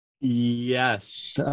yes